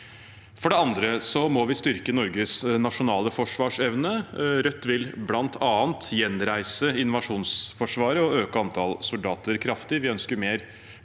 For det andre må vi styrke Norges nasjonale forsvarsevne. Rødt vil bl.a. gjenreise invasjonsforsvaret og øke antall soldater kraftig.